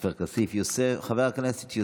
חבר הכנסת עופר כסיף.